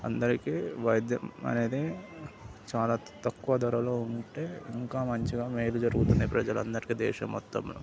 అందరికి వైద్యం అనేది చాలా తక్కువ ధరలో ఉంటే ఇంకా మంచిగా మేలు జరుగుతుంది ప్రజలందరికీ దేశం మొత్తములో